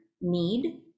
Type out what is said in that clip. need